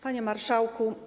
Panie Marszałku!